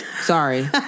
Sorry